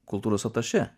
kultūros atašė